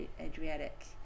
Adriatic